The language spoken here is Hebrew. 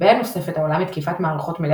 בעיה נוספת העולה מתקיפת מערכות מידע